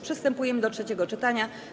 Przystępujemy do trzeciego czytania.